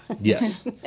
Yes